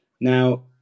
Now